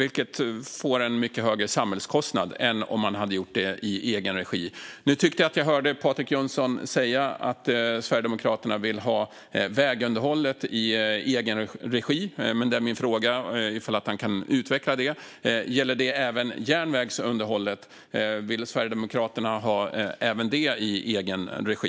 Detta ger en högre samhällskostnad jämfört med om man hade gjort detta i egen regi. Jag tyckte mig höra Patrik Jönsson säga att Sverigedemokraterna vill ha vägunderhållet i egen regi. Skulle han kunna utveckla det? Gäller det även järnvägsunderhållet? Vill Sverigedemokraterna ha detta i egen regi?